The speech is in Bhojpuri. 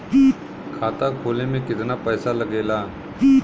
खाता खोले में कितना पैसा लगेला?